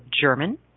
German